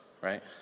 right